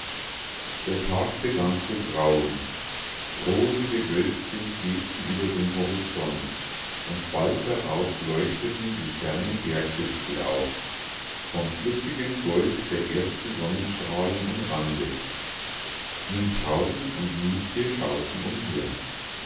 der tag begann zu grauen rosige wölkchen schwebten über dem horizont und bald darauf leuchteten die fernen berggipfel auf vom flüssigen gold der ersten sonnenstrahlen umrandet münchhausen und mietje schauten umher